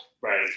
right